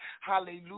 Hallelujah